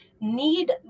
need